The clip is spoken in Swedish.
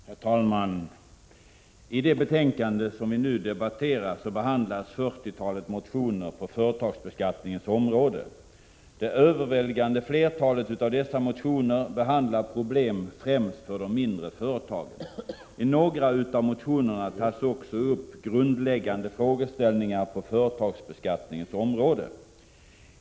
Herr talman! I det betänkande som vi nu debatterar behandlas fyrtiotalet motioner på företagsbeskattningens område. Det överväldigande flertalet av dessa motioner behandlar problem främst för de mindre företagen. I några av motionerna tas också upp grundläggande frågeställningar på företagsbeskattningens område.